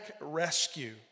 rescue